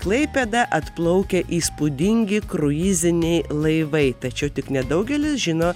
klaipėdą atplaukia įspūdingi kruiziniai laivai tačiau tik nedaugelis žino